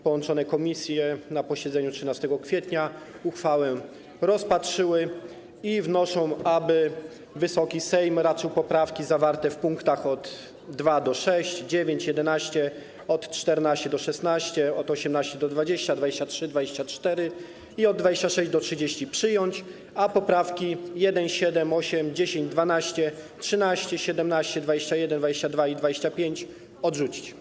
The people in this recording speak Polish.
Połączone komisje na posiedzeniu 13 kwietnia uchwałę rozpatrzyły i wnoszą, aby Wysoki Sejm raczył poprawki od 2. do 6., 9., 11., od 14. do 16., od 18. do 20., 23., 24. i od 26. do 30. przyjąć, a poprawki 1., 7., 8., 10., 12., 13., 17., 21., 22. i 25. odrzucić.